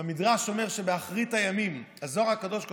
המדרש אומר שבאחרית הימים, הזוהר הקדוש כותב.